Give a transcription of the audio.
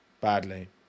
badly